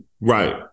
Right